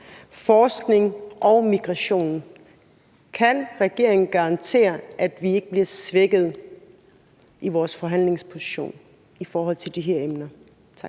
forskning og migration. Kan regeringen garantere, at vi ikke bliver svækket i vores forhandlingsposition i forhold til de her emner? Tak.